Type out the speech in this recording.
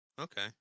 Okay